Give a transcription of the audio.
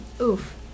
Oof